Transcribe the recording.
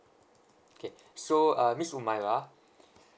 okay so uh miss umairah